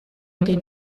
des